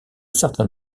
certain